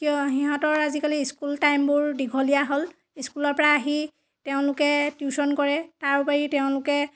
কিয় সিহঁতৰ আজিকালি স্কুল টাইমবোৰ দীঘলীয়া হ'ল স্কুলৰ পৰা আহি তেওঁলোকে টিউচন কৰে তাৰোপৰি তেওঁলোকে